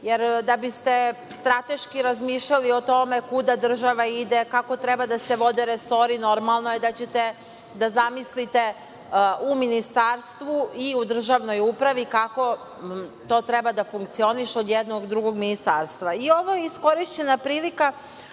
Da biste strateški razmišljali o tome kuda država ide, kako treba da se vode resori, normalno je da ćete da zamislite u ministarstvu i u državnoj upravi kako to treba da funkcioniše od jednog do drugog ministarstva. Ovo je iskorišćena prilika,